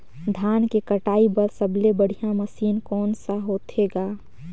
धान के कटाई बर सबले बढ़िया मशीन कोन सा होथे ग?